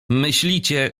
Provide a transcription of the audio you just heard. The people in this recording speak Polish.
myślicie